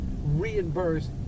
reimbursed